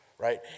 right